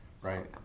Right